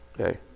Okay